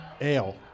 ale